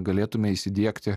galėtume įsidiegti